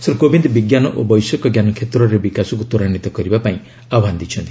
ଶ୍ରୀ କୋବିନ୍ଦ ବିଜ୍ଞାନ ଓ ବୈଷୟିକଜ୍ଞାନ କ୍ଷେତ୍ରରେ ବିକାଶକୁ ତ୍ୱରାନ୍ୱିତ କରିବା ପାଇଁ ଆହ୍ପାନ ଦେଇଛନ୍ତି